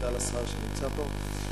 תודה לשר שנמצא פה.